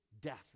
death